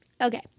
Okay